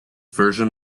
version